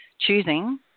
choosing